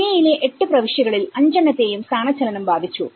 കെനിയയിലെ 8 പ്രാവിശ്യകളിൽ 5 എണ്ണത്തേയും സ്ഥാനചലനം ബാധിച്ചു